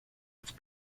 its